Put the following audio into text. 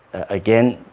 again,